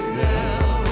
now